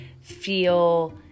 feel